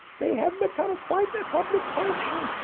they have become quite a public function,